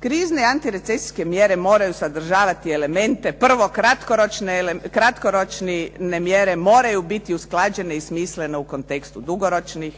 Krizne antirecesijske mjere moraju sadržavati elemente prvo kratkoročne mjere moraju biti usklađene i smisleno u kontekstu dugoročnih,